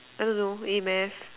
I don't know A math